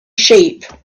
sheep